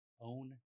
own